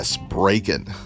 breaking